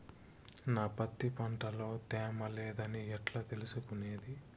నా పత్తి పంట లో తేమ లేదని ఎట్లా తెలుసుకునేది?